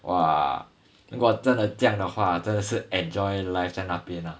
!wah! 如果真的这样的话真的是 enjoy life 在那边 ah